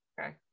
Okay